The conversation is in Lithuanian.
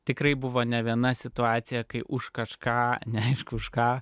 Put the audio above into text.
tikrai buvo ne viena situacija kai už kažką neaišku už ką